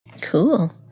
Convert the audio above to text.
Cool